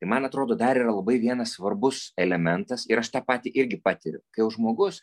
ir man atrodo dar yra labai vienas svarbus elementas ir aš tą patį irgi patiriu kai jau žmogus